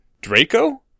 Draco